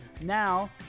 Now